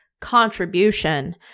contribution